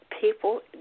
people